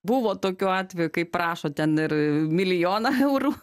buvo tokiu atveju kai prašo ten ir milijoną eurų